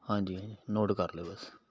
ਹਾਂਜੀ ਨੋਟ ਕਰ ਲਿਓ ਬਸ